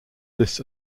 this